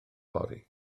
fory